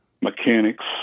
Mechanics